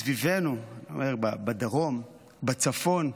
מסביבנו, אני אומר, בדרום, בצפון.